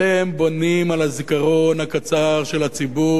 אתם בונים על הזיכרון הקצר של הציבור,